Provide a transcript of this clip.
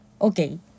Okay